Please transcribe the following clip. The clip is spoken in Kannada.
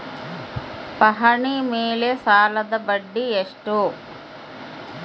ಪಹಣಿ ಮೇಲೆ ಸಾಲದ ಬಡ್ಡಿ ಎಷ್ಟು?